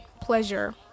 pleasure